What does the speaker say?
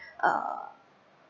uh